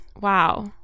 Wow